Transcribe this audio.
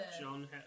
John